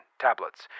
tablets